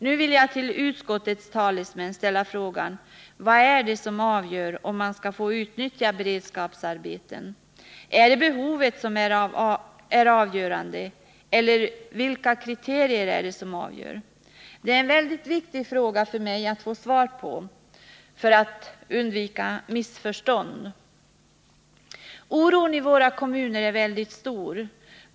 Nu vill jag fråga utskottets talesmän: Vad är det som avgör om man skall få utnyttja beredskapsarbeten? Är behovet avgörande eller vilka kriterier ställs? För att undvika missförstånd är det väldigt viktigt för mig att få svar på dessa frågor. Oron i våra kommuner är väldigt stor.